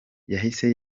yahise